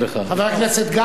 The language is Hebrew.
חבר הכנסת גפני,